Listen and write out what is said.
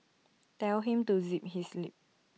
tell him to zip his lip